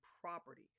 property